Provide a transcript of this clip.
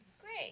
Great